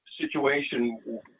situation